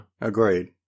Agreed